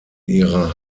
ihrer